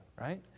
right